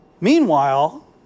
Meanwhile